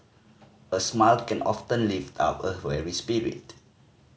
a smile can often lift up a weary spirit